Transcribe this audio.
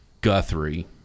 Guthrie